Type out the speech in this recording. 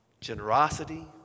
generosity